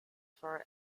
for